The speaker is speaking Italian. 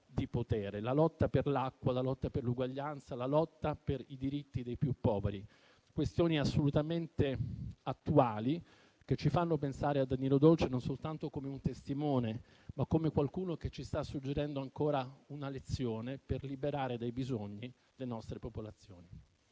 La lotta per l'acqua, la lotta per l'uguaglianza, la lotta per i diritti dei più poveri: questioni assolutamente attuali che ci fanno pensare a Danilo Dolci non soltanto come un testimone, ma come qualcuno che ci sta suggerendo ancora una lezione per liberare dai bisogni le nostre popolazioni.